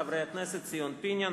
חברי הכנסת ציון פיניאן,